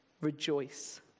Rejoice